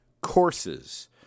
Courses